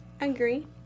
Agree